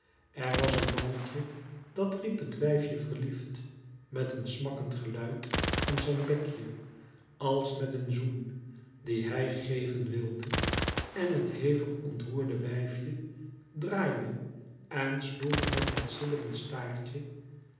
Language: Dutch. er was een mannetje dat riep het wijfje verliefd met een smakkend geluid van zijn bekje als met een zoen dien hij geven wilde en het hevig ontroerde wijfje draaide en sloeg met het sidderend staartje